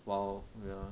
!wow! ya